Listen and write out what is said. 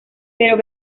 pero